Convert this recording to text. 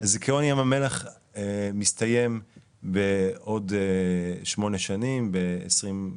זיכיון ים המלח מסתיים בעוד שמונה שנים, ב-2030.